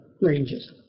ranges